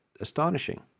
astonishing